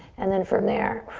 and then from there,